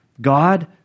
God